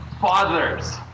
Fathers